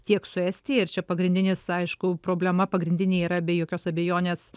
tiek su estija ir čia pagrindinis aišku problema pagrindinė yra be jokios abejonės